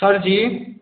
सरजी